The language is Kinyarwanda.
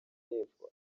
y’epfo